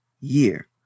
year